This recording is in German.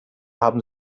haben